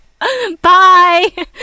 bye